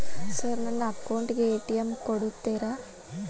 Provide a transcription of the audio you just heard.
Sir ನನ್ನ account ಗೆ ATM ಕೊಡುತ್ತೇರಾ?